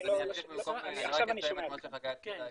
אני רק אסיים את מה שחגי התחיל להגיד.